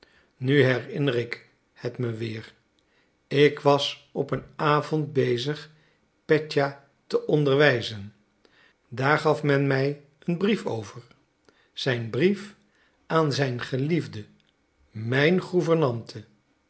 nu herinner ik het mij weer ik was op een avond bezig petja te onderwijzen daar gaf men mij een brief over zijn brief aan zijn geliefde mijn